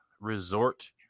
Resort